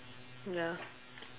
ya